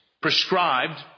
prescribed